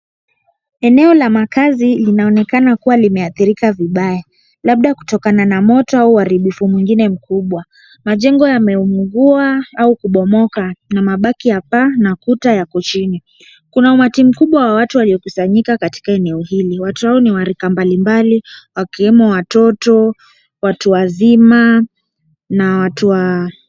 Eneo la makaazi linaonekana kuwa limeathirika vibaya. labda kutokana na moto au uharibifu mwingine mkubwa. Majengo yameungua au kubomoka na mabaki ya paa na kuta yako chini. Kuna umati mkubwa wa watu waliokusanyika katika eneo hili, watu hao ni wa rika mbalimbali wakiwemo watoto, watu wazima na watu wa.